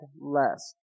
less